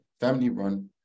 family-run